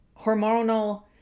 hormonal